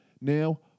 Now